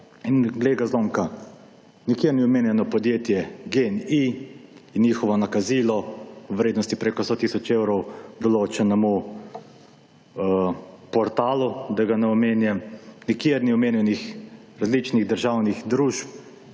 glej za zlomka, nikjer ni omenjeno podjetje GEN-I in njihovo nakazilo v vrednosti preko 100 tisoč evrov določenemu portalu, da ga ne omenjam. Nikjer ni omenjenih različnih državnih družb,